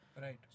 Right